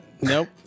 Nope